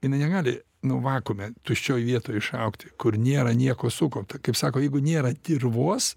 jinai negali nu vakuume tuščioj vietoj išaugti kur nėra nieko sukaupta kaip sako jeigu nėra dirvos